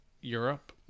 Europe